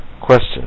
Question